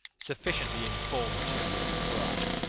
sufficiently informs me of your crime.